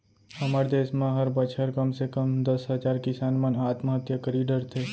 हमर देस म हर बछर कम से कम दस हजार किसान मन आत्महत्या करी डरथे